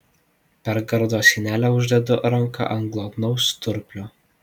per gardo sienelę uždedu ranką ant glotnaus sturplio